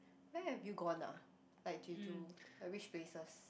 where have you gone ah like jeju like which places